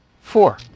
four